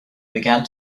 began